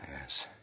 Yes